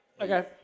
Okay